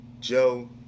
Joe